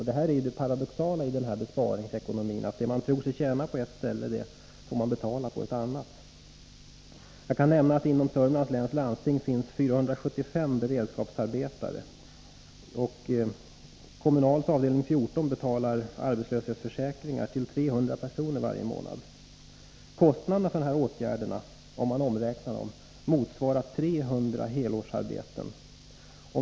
Det paradoxala i besparingsekonomin är ju att vad man tror sig tjäna på ett ställe måste man betala på ett annat. Inom Södermanlands läns landsting finns det 475 beredskapsarbetare. Kommunals avdelning 14 betalar arbetslöshetskasseersättning till 300 personer varje månad, Kostnaderna för de här åtgärderna motsvarar 300 helårsarbeten.